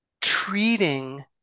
treating